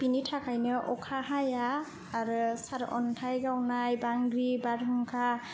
बेनि थाखायनो अखा हाया सारनथाय गावनाय बांग्रि बारहुंखा